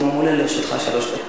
לרשותך שלוש דקות.